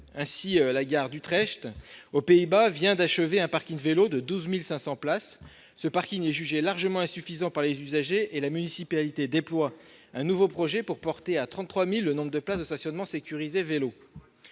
Ainsi, la gare d'Utrecht, aux Pays-Bas, vient d'achever un parking pour les vélos de 12 500 places. Ce parking étant largement insuffisant selon les usagers, la municipalité déploie un nouveau projet pour porter à 33 000 le nombre de places de stationnement sécurisées